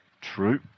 True